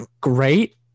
great